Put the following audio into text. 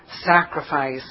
sacrifice